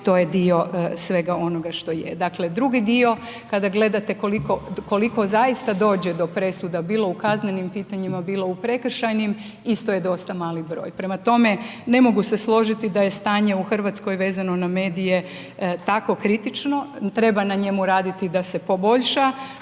to je dio svega onoga što je. Dakle drugi dio kada gledate koliko zaista dođe do presuda bilo u kaznenim pitanjima, bilo u prekršajnim isto je dosta mali broj. Prema tome, ne mogu se složiti da je stanje u Hrvatskoj vezano na medije tako kritično, treba na njemu raditi da se poboljša,